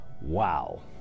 Wow